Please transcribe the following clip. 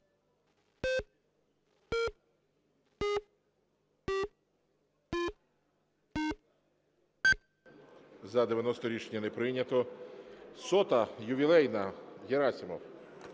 За-90 Рішення не прийнято. 100, ювілейна, Герасимов.